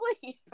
sleep